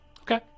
Okay